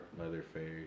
Leatherface